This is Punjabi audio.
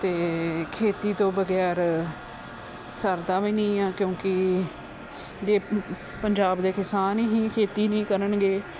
'ਤੇ ਖੇਤੀ ਤੋਂ ਬਗੈਰ ਸਰਦਾ ਵੀ ਨਹੀਂ ਹੈ ਕਿਉਂਕਿ ਜੇ ਪੰਜਾਬ ਦੇ ਕਿਸਾਨ ਹੀ ਖੇਤੀ ਨਹੀਂ ਕਰਨਗੇ